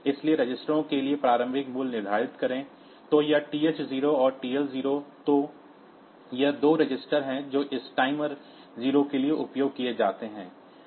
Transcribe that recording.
इसलिए रजिस्टरों के लिए प्रारंभिक मूल्य निर्धारित करें तो यह TH 0 और TL 0 तो ये 2 रजिस्टर हैं जो इस टाइमर 0 के लिए उपयोग किए जाते हैं